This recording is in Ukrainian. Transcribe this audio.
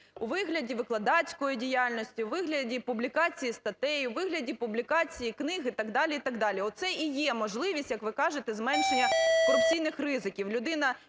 у вигляді викладацької діяльності, у вигляді публікації статей, у вигляді публікації книг і так далі, і так далі. Оце і є можливість, як ви кажете, зменшення корупційних ризиків.